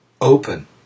open